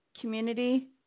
community